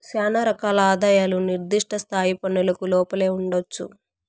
శానా రకాల ఆదాయాలు నిర్దిష్ట స్థాయి పన్నులకు లోపలే ఉండొచ్చు